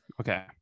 Okay